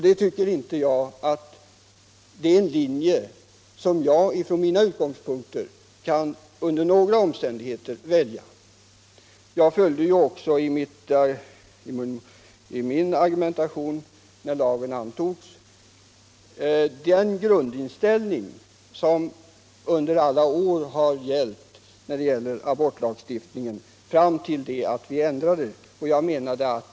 Det är en linje som jag inte under några omständigheter kan följa. När lagen antogs hävdade jag i min argumentation den grundinställning som under alla år har gällt beträffande abortlagstiftningen fram till det vi ändrade den.